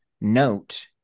note